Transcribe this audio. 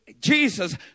Jesus